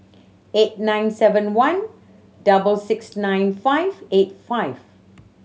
eight nine seven one double six nine five eight five